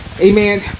Amen